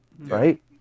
right